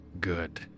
Good